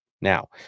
Now